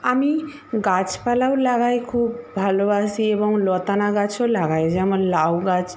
আমি গাছপালাও লাগাই খুব ভালোবাসি এবং লতানে গাছও লাগাই যেমন লাউ গাছ